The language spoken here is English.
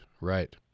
right